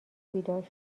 بیدار